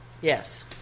Yes